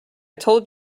told